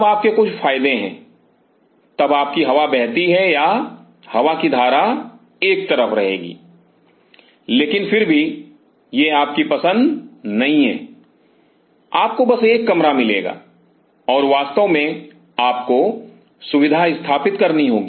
तब आप के कुछ फायदे हैं तब आप की हवा बहती है या हवा की धारा एक तरफ रहेगी लेकिन फिर भी यह आपकी पसंद नहीं है आपको बस एक कमरा मिलेगा और वास्तव में आपको सुविधा स्थापित करनी होगी